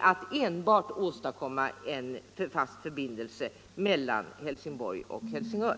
att enbart åstadkomma en fast förbindelse mellan Helsingborg och Helsingör?